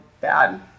bad